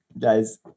Guys